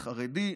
החרדי,